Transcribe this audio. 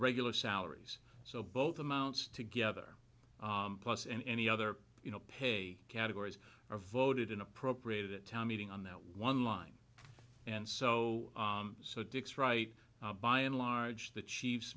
regular salaries so both amounts together plus and any other you know pay categories or voted in appropriated that town meeting on that one line and so so dick's right by and large the chiefs